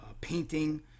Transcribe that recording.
painting